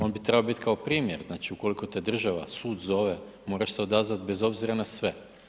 On bi trebao biti kao primjer, ukoliko te država, sud zove moraš se odazvati bez obzira na sve.